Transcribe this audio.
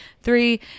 Three